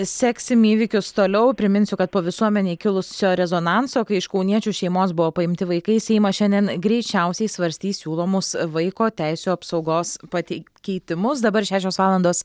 seksim įvykius toliau priminsiu kad po visuomenėj kilusio rezonanso kai iš kauniečių šeimos buvo paimti vaikai seimas šiandien greičiausiai svarstys siūlomus vaiko teisių apsaugos patei keitimus dabar šešios valandos